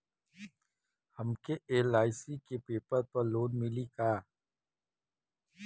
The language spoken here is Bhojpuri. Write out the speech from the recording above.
हमके एल.आई.सी के पेपर पर लोन मिली का?